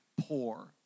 poor